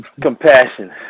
Compassion